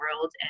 world